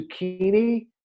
zucchini